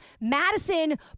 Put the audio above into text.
Madison